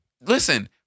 Listen